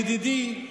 ידידי,